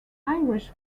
irish